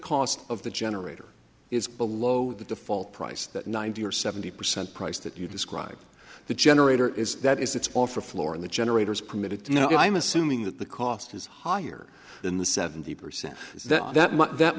cost of the generator is below the default price that ninety or seventy percent price that you describe the generator is that it's all for floor in the generators permitted to know i'm assuming that the cost is higher than the seventy percent that that